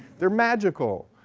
they're magical!